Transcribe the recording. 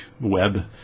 web